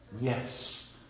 yes